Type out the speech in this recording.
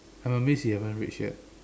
uh that means he haven't rage yet